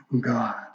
God